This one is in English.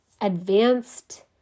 advanced